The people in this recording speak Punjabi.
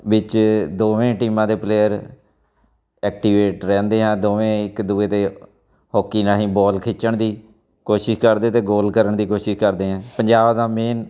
ਵਿੱਚ ਦੋਵੇਂ ਟੀਮਾਂ ਦੇ ਪਲੇਅਰ ਐਕਟੀਵੇਟ ਰਹਿੰਦੇ ਹੈ ਦੋਵੇਂ ਇੱਕ ਦੂਜੇ ਦੇ ਹੋਕੀ ਰਾਹੀਂ ਬੋਲ ਖਿੱਚਣ ਦੀ ਕੋਸ਼ਿਸ਼ ਕਰਦੇ ਅਤੇ ਗੋਲ ਕਰਨ ਦੀ ਕੋਸ਼ਿਸ਼ ਕਰਦੇ ਹੈ ਪੰਜਾਬ ਦਾ ਮੇਨ